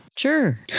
Sure